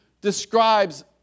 describes